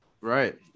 Right